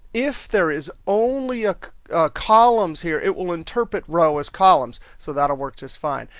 if there is only ah columns here, it will interpret row as columns, so that'll work just fine,